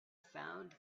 found